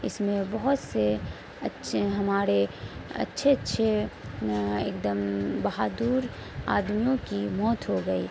اس میں بہت سے اچھے ہمارے اچھے اچھے ایک دم بہادر آدمیوں کی موت ہو گئی